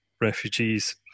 refugees